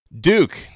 Duke